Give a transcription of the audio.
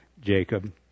Jacob